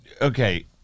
okay